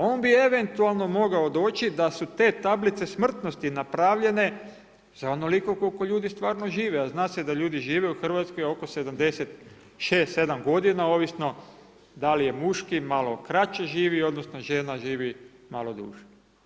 On bi eventualno mogao doći da su te tablice smrtnosti napravljene za onoliko koliko ljudi stvarno žive, a zna se da ljudi žive u Hrvatskoj oko 76, 7 godina, ovisno da li je muški, malo kraće živi, odnosno žena živi malo duže.